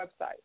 website